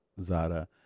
Zara